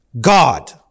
God